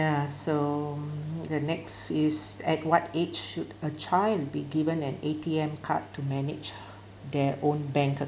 ya so the next is at what age should a child be given an A_T_M card to manage their own bank